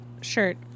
shirt